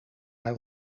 haar